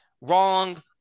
wrong